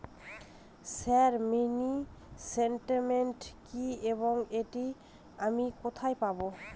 Sir mini statement কি এবং এটি আমি কোথায় পাবো?